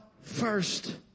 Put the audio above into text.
first